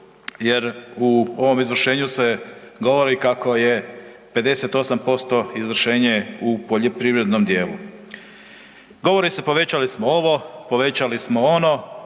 jer u ovom izvršenju se govori kako je 58% izvršenje u poljoprivrednom dijelu. Govori se, povećali smo ovo, povećali smo ono,